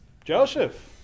Joseph